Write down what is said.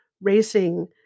racing